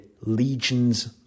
legions